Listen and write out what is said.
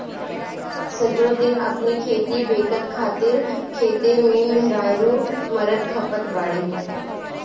सजो दिन अपनी बेकत खातिर खेते में मेहरारू मरत खपत बाड़ी